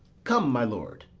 come, my lord.